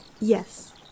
Yes